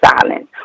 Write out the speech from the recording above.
silence